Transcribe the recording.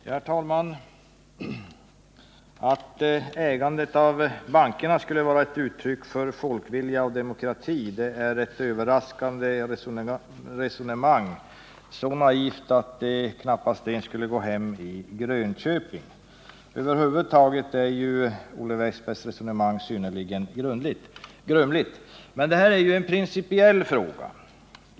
Herr talman! At ägandet av bankerna skulle vara ett uttryck för folkvilja och demokrati är ett överraskande resonemang — så naivt att det knappast skulle gå hem ens i Grönköping. Över huvud taget är Olle Wästbergs resonemang synnerligen grumligt. Men detta är en principiell fråga.